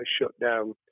shutdown